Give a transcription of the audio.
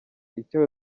icyo